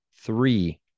three